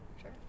sure